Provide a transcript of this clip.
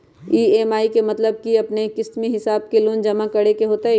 EMI के मतलब है कि अपने के किस्त के हिसाब से लोन जमा करे के होतेई?